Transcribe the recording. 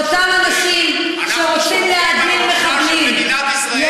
לאותם אנשים שרוצים להאדיר מחבלים.